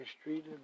street